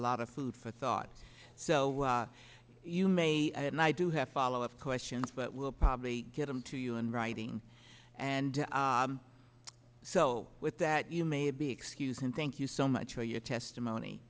lot of food for thought so you may and i do have follow up questions but we'll probably get them to you in writing and so with that you may be excused and thank you so much for your testimony